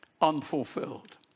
unfulfilled